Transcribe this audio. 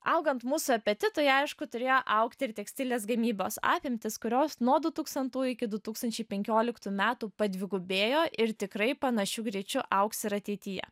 augant mūsų apetitui aišku turėjo augti ir tekstilės gamybos apimtys kurios nuo du tūkstantųjų iki du tūkstančiai penkioliktų metų padvigubėjo ir tikrai panašiu greičiu augs ir ateityje